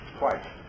twice